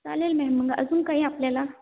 चालेल मॅम मग अजून काही आपल्याला